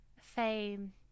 fame